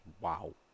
Wow